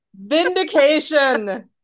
vindication